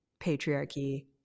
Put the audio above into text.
patriarchy